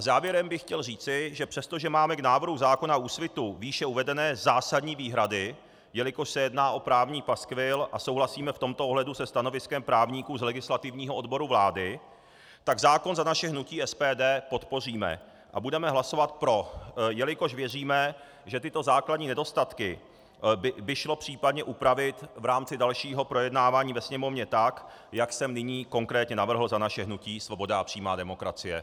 Závěrem bych chtěl říci, že přestože máme k návrhu zákona Úsvitu výše uvedené zásadní výhrady, jelikož se jedná o právní paskvil, a souhlasíme v tomto ohledu se stanoviskem právníků z Legislativního odboru vlády, tak zákon za naše hnutí SPD podpoříme a budeme hlasovat pro, jelikož věříme, že tyto základní nedostatky by šlo případně upravit v rámci dalšího projednávání ve Sněmovně tak, jak jsem nyní konkrétně navrhl za naše hnutí Svoboda a přímá demokracie.